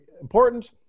important